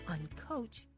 Uncoach